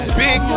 big